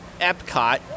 Epcot